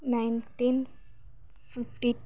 nineteen fifty